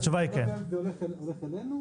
זה הולך אלינו?